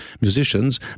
musicians